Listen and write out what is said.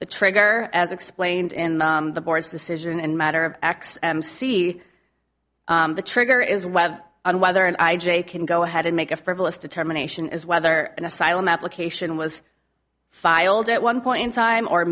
the trigger as explained in the board's decision and matter of x m c the trigger is whether on whether an i j can go ahead and make a frivolous determination is whether an asylum application was filed at one point in time or